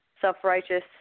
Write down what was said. self-righteous